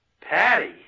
Patty